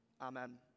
amen